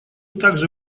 также